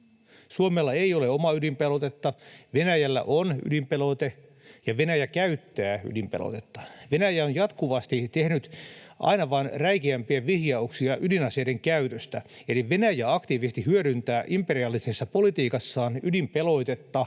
Suomella ei ole omaa ydinpelotetta, Venäjällä on ydinpelote ja Venäjä käyttää ydinpelotetta. Venäjä on jatkuvasti tehnyt aina vain räikeämpiä vihjauksia ydinaseiden käytöstä. Eli kun Venäjä aktiivisesti hyödyntää imperialistisessa politiikassaan ydinpelotetta,